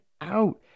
out